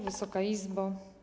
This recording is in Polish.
Wysoka Izbo!